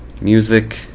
music